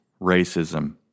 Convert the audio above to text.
racism